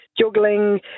juggling